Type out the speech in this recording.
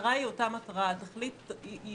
המטרה היא אותה מטרה, התכלית היא